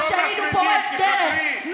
השהיד הוא פורץ דרך,